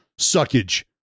suckage